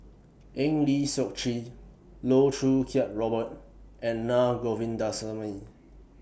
Eng Lee Seok Chee Loh Choo Kiat Robert and Na Govindasamy